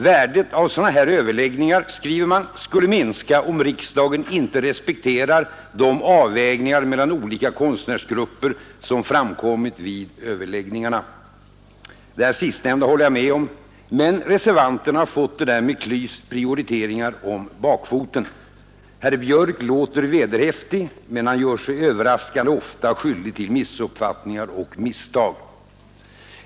Värdet av sådana här överläggningar, skriver man, skulle minska om riksdagen inte respekterar de avvägningar mellan olika konstnärsgrupper som framkommit vid överläggningarna. Det sistnämnda håller jag med om, men reservanterna har fått det här med KLYS: prioriteringar om bakfoten. Herr Björk låter vederhäftig, men han gör sig överraskande ofta skyldig till missuppfattningar och misstag.